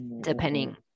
Depending